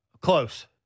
Close